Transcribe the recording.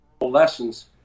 Lessons